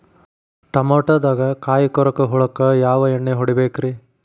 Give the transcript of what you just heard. ಟಮಾಟೊದಾಗ ಕಾಯಿಕೊರಕ ಹುಳಕ್ಕ ಯಾವ ಎಣ್ಣಿ ಹೊಡಿಬೇಕ್ರೇ?